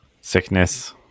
sickness